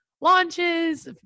launches